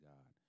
God